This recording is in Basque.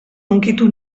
hunkitu